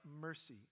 mercy